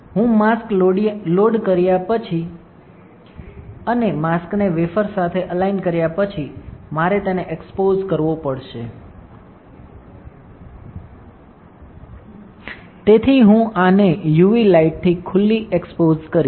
હું mask load કર્યા પછી અને માસ્કને વેફર સાથે અલાઈન કર્યા પછી મારે તેને એક્સપોઝ કરવો પડશે તેથી હું આને યુવી લાઈટથી ખુલ્લી એક્સપોઝ કરીશ